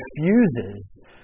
refuses